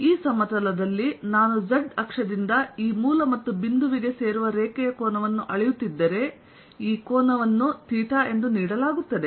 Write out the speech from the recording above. ಈ ಸಮತಲದಲ್ಲಿ ನಾನು z ಅಕ್ಷದಿಂದ ಈ ಮೂಲ ಮತ್ತು ಬಿಂದುವಿಗೆ ಸೇರುವ ರೇಖೆಯ ಕೋನವನ್ನು ಅಳೆಯುತ್ತಿದ್ದರೆ ಈ ಕೋನವನ್ನು ಥೀಟಾ ಎಂದು ನೀಡಲಾಗುತ್ತದೆ